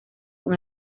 con